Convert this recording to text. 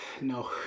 No